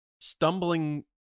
stumbling